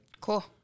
Cool